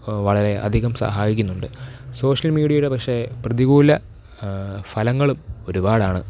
വളരെ അധികം സഹായിക്കുന്നുണ്ട് സോഷ്യൽ മീഡിയയുടെ പക്ഷെ പ്രതികൂല ഫലങ്ങളും ഒരുപാടാണ്